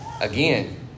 Again